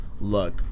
Look